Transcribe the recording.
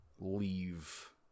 leave